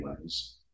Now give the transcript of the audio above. ways